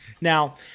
now